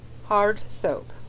hard soap.